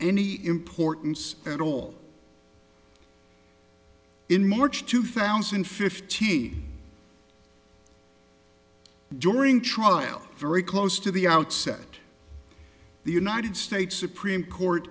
any importance at all in march two thousand and fifty during trial very close to the outset the united states supreme court